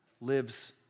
lives